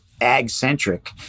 ag-centric